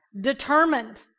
Determined